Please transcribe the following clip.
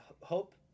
Hope